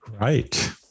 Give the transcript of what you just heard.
Right